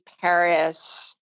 Paris